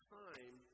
time